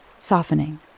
softening